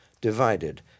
divided